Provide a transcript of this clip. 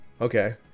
Okay